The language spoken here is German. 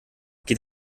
geht